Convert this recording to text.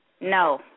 No